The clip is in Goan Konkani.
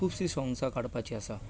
खुबशीं सोंग्सां काडपाचीं आसात